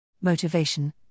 Motivation